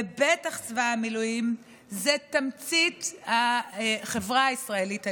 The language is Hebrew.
ובטח צבא המילואים, זו תמצית החברה הישראלית היפה.